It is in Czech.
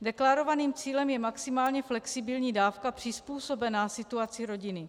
Deklarovaným cílem je maximálně flexibilní dávka přizpůsobená situaci rodiny.